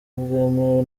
bwemewe